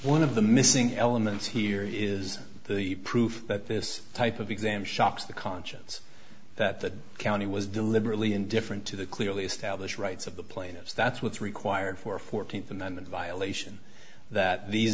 one of the missing elements here is the proof that this type of exam shocks the conscience that the county was deliberately indifferent to the clearly established rights of the plaintiffs that's what's required for fourteenth amendment violation that these